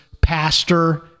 pastor